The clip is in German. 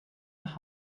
nach